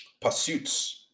pursuits